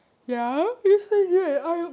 oh is it